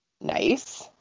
Nice